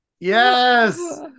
Yes